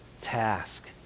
task